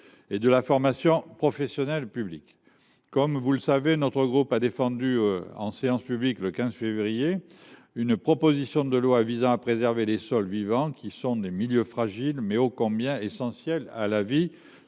et de la formation professionnelle publics. Notre groupe a défendu en séance publique le 15 février 2024 une proposition de loi visant à préserver les sols vivants, qui sont des milieux fragiles, mais ô combien essentiels à la vie